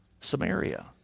Samaria